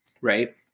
Right